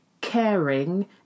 caring